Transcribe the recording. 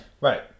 Right